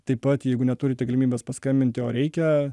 taip pat jeigu neturite galimybės paskambinti o reikia